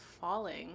falling